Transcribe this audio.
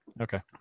Okay